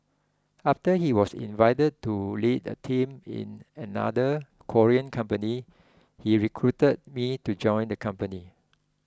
after he was invited to lead a team in another Korean company he recruited me to join the company